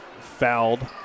fouled